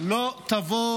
לא תובא